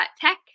tech